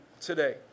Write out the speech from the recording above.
today